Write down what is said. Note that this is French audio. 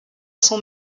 son